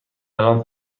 الان